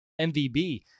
MVB